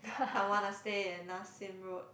I wanna stay at Nassim road